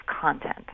content